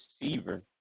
receiver